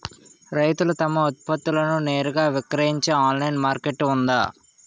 రైతులు తమ ఉత్పత్తులను నేరుగా విక్రయించే ఆన్లైన్ మార్కెట్ ఉందా?